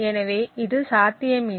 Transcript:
எனவே இது சாத்தியமில்லை